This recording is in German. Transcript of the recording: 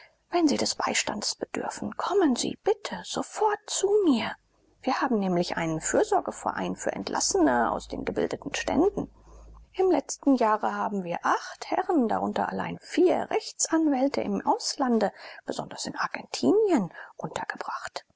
wenn sie des beistandes bedürfen kommen sie bitte sofort zu mir wir haben nämlich einen fürsorgeverein für entlassene aus den gebildeten ständen im letzten jahre haben wir acht herren darunter allein vier rechtsanwälte im auslande besonders in argentinien untergebracht